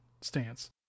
stance